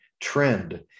trend